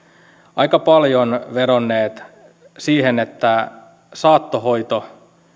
aika paljon vedonneet siihen että saattohoito